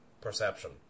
perception